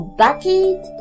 bucket